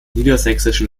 niedersächsischen